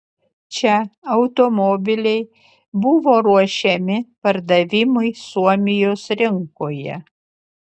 čia automobiliai buvo ruošiami pardavimui suomijos rinkoje